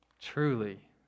Truly